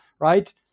right